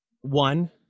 One